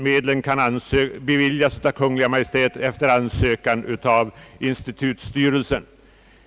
Medlen kan beviljas av Kungl. Maj:t efter ansökan från institutets styrelse.